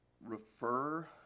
refer